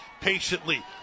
patiently